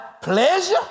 pleasure